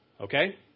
Okay